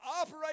operate